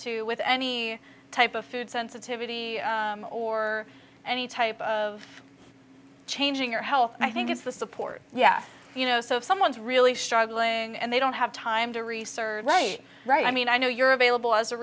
to with any type of food sensitivity or any type of changing your health i think it's the support yeah you know so if someone's really struggling and they don't have time to research late right i mean i know you're available as a